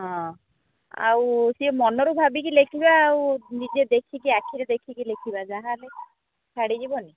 ହଁ ଆଉ ସିଏ ମନରୁ ଭାବିକି ଲେଖିବା ଆଉ ନିଜେ ଦେଖିକି ଆଖିରେ ଦେଖିକି ଲେଖିବା ଯାହାହେଲେ ଛାଡ଼ିଯିବନି